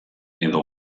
edo